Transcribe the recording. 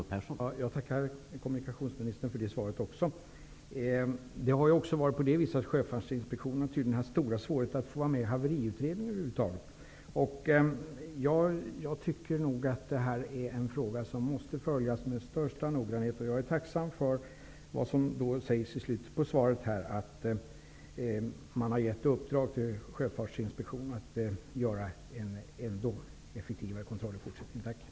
Herr talman! Jag tackar kommunikationsministern också för det svaret. Det har tydligen också varit så att Sjöfartsverket har haft stora svårigheter att över huvud taget få vara med på haveriutredningen. Jag tycker att denna fråga måste följas med största noggrannhet, och jag är tacksam för att man, som det sägs i slutet av svaret, har gett Sjöfartsverket i uppdrag att göra en ännu effektivare kontroll i fortsättningen.